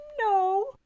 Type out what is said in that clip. no